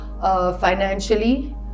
financially